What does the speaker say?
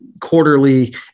quarterly